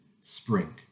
spring